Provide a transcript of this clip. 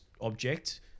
object